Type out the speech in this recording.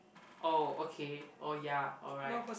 oh okay oh ya alright